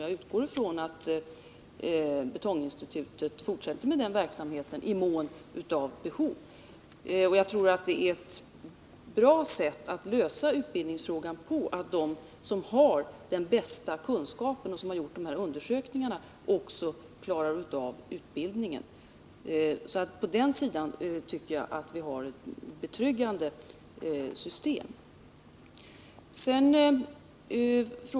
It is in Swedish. Jag utgår från att Betonginstitutet fortsätter med den verksamheten i mån av behov. Jag tror att det är ett bra sätt att ordna utbildningsfrågan så, att de som har den bästa kunskapen och som gjort de här undersökningarna också svarar för utbildningen. På den sidan tycker jag att vi har ett betryggande system.